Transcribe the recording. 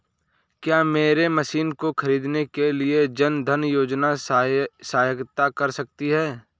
क्या मेरी मशीन को ख़रीदने के लिए जन धन योजना सहायता कर सकती है?